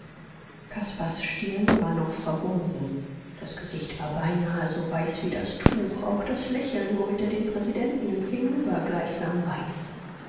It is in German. caspars stirn war noch verbunden das gesicht war beinahe so weiß wie das tuch auch das lächeln womit er den präsidenten empfing war gleichsam weiß